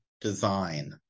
design